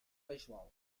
beisbol